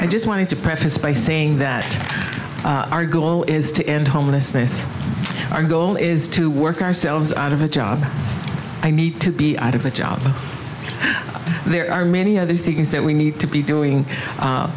i just wanted to preface by saying that our goal is to end homelessness our goal is to work ourselves out of a job i need to be out of a job there are many other things that we need to be doing